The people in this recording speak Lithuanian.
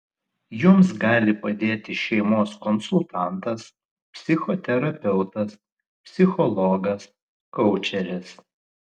jums gali padėti šeimos konsultantas psichoterapeutas psichologas koučeris